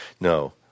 No